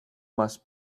must